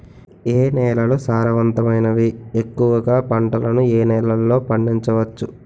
ఏ నేలలు సారవంతమైనవి? ఎక్కువ గా పంటలను ఏ నేలల్లో పండించ వచ్చు?